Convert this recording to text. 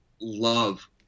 love